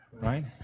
Right